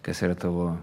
kas yra tavo